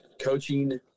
coaching